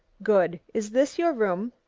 good. is this your room?